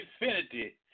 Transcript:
Infinity